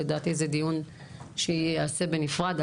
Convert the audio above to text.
לדעתי זה דיון שייעשה בנפרד,